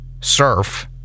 surf